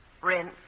Rinse